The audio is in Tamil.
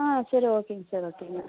ஆ சரி ஓகேங்க சார் ஓகேங்க